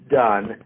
done